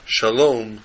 Shalom